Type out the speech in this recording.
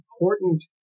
important